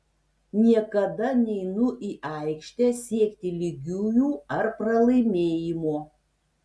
niekada neinu į aikštę siekti lygiųjų ar pralaimėjimo